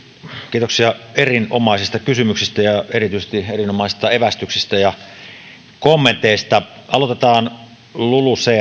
kiitoksia erinomaisista kysymyksistä ja erityisesti erinomaisista evästyksistä ja kommenteista aloitetaan lulucfstä